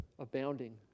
abounding